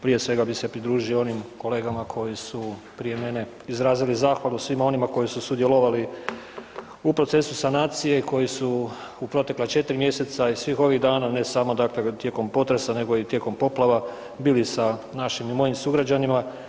Prije svega bih se pridružio onim kolegama koji su prije mene izrazili zahvalu svima onima koji su sudjelovali u procesu sanacije koji su u protekla 4 mjeseca i svih ovih dana, ne samo tijekom potresa nego i tijekom poplava bili sa našim i mojim sugrađanima.